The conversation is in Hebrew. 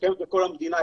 שקיימת בכל המדינה,